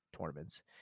tournaments